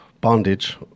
bondage